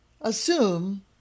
assume